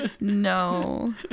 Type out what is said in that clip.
No